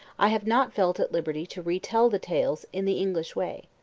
i have not felt at liberty to retell the tales in the english way.